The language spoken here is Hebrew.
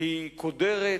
היא קודרת,